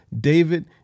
David